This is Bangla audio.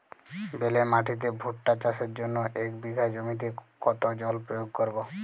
বেলে মাটিতে ভুট্টা চাষের জন্য এক বিঘা জমিতে কতো জল প্রয়োগ করব?